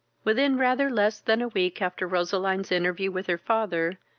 within rather less than a week after roseline's interview with her father,